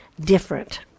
different